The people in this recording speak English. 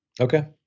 Okay